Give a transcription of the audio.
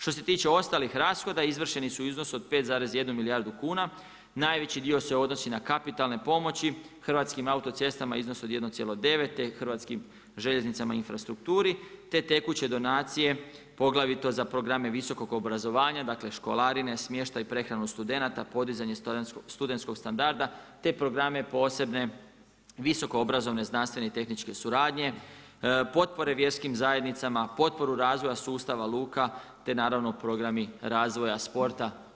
Što se tiče ostalih rashoda, izvršeni su u iznosu od 5,1 milijardu kuna, najveći dio se odnosi na kapitalne pomoći Hrvatskim autocestama u iznosu od 1,9 te Hrvatskim željeznicama i infrastrukturi te tekuće donacije poglavito za programe visokog obrazovanja, dakle školarine, smještaj i prehranu studenata, podizanje studentskog standarda te programe posebne, visoko obrazovanje, znanstvene i tehničke suradnje, potpore vjerskim zajednicama, potporu razvoja sustava luka te naravno programi razvoja sporta.